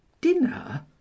dinner